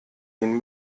den